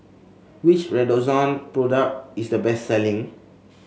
which Redoxon product is the best selling